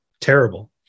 terrible